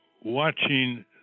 watching